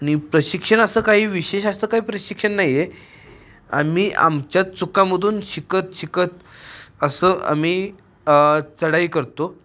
आणि प्रशिक्षण असं काही विशेष असं काय प्रशिक्षण नाही आहे आम्ही आमच्या चुकांमधून शिकत शिकत असं आम्ही चढाई करतो